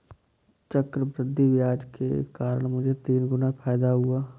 चक्रवृद्धि ब्याज के कारण मुझे तीन गुना फायदा हुआ